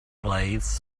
blades